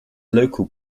local